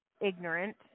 ignorant